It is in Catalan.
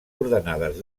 ordenades